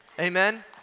Amen